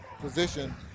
position